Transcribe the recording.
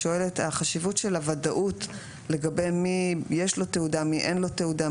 החשיבות של הוודאות לגבי מי שיש לו תעודה ומי שאין לו תעודה,